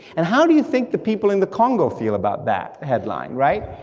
and how do you think the people in the congo feel about that headline, right?